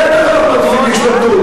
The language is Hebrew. בטח אנחנו מטיפים להשתמטות.